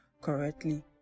correctly